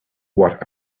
what